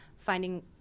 finding